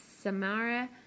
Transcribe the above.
Samara